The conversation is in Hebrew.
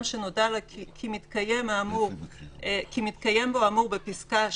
שנודע לו כי מתקיים בו האמור בפסקה (2)